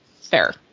fair